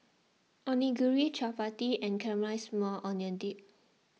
Onigiri Chapati and Caramelized Maui Onion Dip